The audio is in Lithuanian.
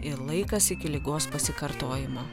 ir laikas iki ligos pasikartojimo